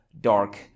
dark